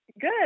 Good